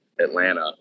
Atlanta